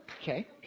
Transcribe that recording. Okay